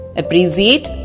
appreciate